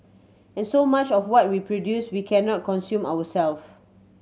and so much of what we produce we cannot consume ourselves